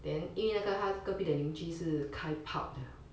then 因为那个他隔壁的邻居是开 pub 的